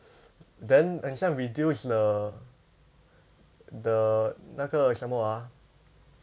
then 很像 reduce the the 那个什么啊